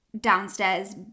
downstairs